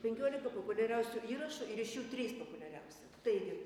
penkiolika populiariausių įrašų ir iš jų trys populiariausi taigi